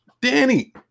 Danny